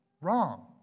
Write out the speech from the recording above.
Wrong